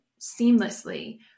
seamlessly